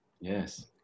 Yes